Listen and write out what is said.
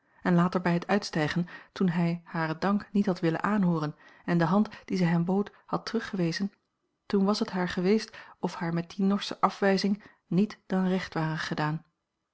en later bij het uitstijgen toen hij haren dank niet had willen aanhooren en de hand die zij hem bood had teruggewezen toen was het haar geweest of haar met die norsche afwijzing niet dan recht ware gedaan